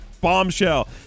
bombshell